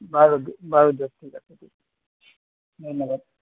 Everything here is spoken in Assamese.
বাৰু বাৰু দিয়ক ঠিক আছে দিয়ক ধন্যবাদ